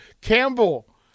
Campbell